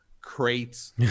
crates